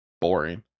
Boring